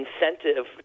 incentive